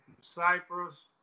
Cyprus